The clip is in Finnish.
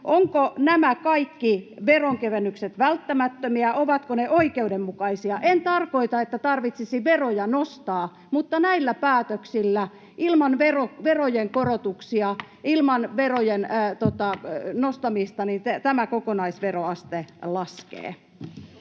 Ovatko nämä kaikki veronkevennykset välttämättömiä, ovatko ne oikeudenmukaisia? En tarkoita, että tarvitsisi veroja nostaa, mutta näillä päätöksillä, ilman verojen korotuksia,